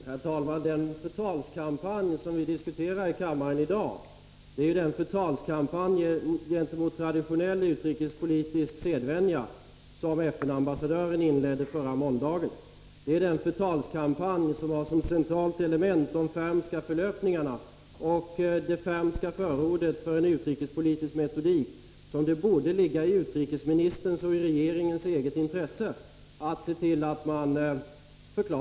Herr talman! Den förtalskampanj som vi diskuterar i kammaren i dag är den förtalskampanj gentemot traditionell utrikespolitisk sedvänja som FN-ambassadören inledde förra måndagen. Det är den förtalskampanj som har som centralt element de Fermska förlöpningarna och det Fermska förordet för en utrikespolitisk metodik som det borde ligga i utrikesministerns och regeringens eget intresse att förklara inte tillhör det normala.